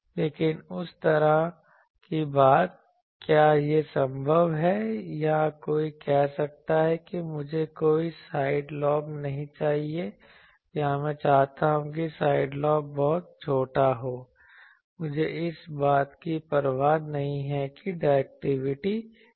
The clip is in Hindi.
लेकिन उस तरह की बात क्या यह संभव है या कोई कह सकता है कि मुझे कोई साइड लॉब नहीं चाहिए या मैं चाहता हूं कि साइड लॉब बहुत छोटा हो मुझे इस बात की परवाह नहीं है कि डायरेक्टिविटी क्या है